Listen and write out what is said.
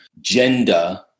gender